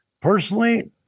personally